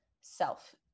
self